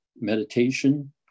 meditation